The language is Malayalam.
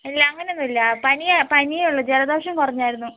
ഇല്ല അങ്ങനെ ഒന്നുമില്ല പനിയെ ഉള്ളു ജലദോഷം കുറഞ്ഞായിരുന്നു